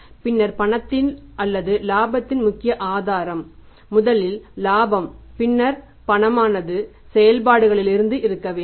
பின்னர் பணத்தின் அல்லது இலாபத்தின் முக்கிய ஆதாரம் முதலில் இலாபம் பின்னர் பணமானது செயல்பாடுகளிலிருந்து இருக்க வேண்டும்